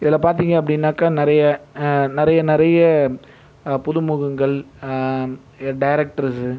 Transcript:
இதில் பார்த்திங்க அப்படின்னாக்கா நிறைய நிறைய நிறைய புதுமுகங்கள் டைரெக்டர்ஸ்